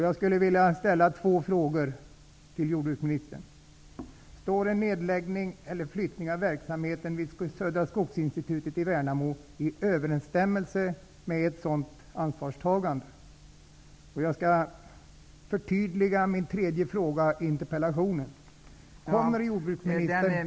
Jag skulle vilja fråga jordbruksministern: Står en flyttning av verksamheten vid Södra Skogsinstitutet i Värnamo i överensstämmelse med ett sådant ansvarstagande? Jag skall förtydliga min tredje fråga i interpellationen. Kommer jordbruksministern...